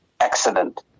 accident